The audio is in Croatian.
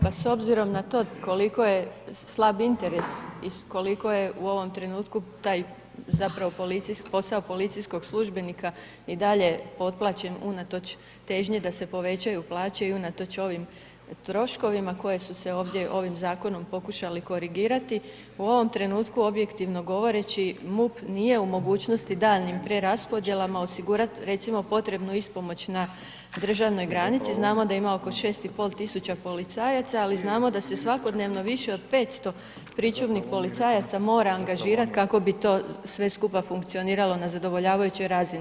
Pa s obzirom na to koliko je slab interes i koliko je u ovom trenutku taj zapravo policijski, posao policijskog službenika i dalje potplaćen unatoč težnji da se povećaju plaće, i unatoč ovim troškovima koje su se ovdje ovim Zakonom pokušali korigirati, u ovom trenutku objektivno govoreći MUP nije u mogućnosti daljnjim preraspodjelama osigurat recimo potrebnu ispomoć na državnoj granici, znamo da ima oko šest i pol tisuća policajaca, ali znamo da se svakodnevno više od petsto pričuvnih policajaca mora angažirat kako bi to sve skupa funkcioniralo na zadovoljavajućoj razini.